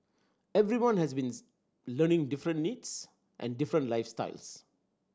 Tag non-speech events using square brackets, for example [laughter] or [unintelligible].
everyone has been [unintelligible] learning different needs and different life styles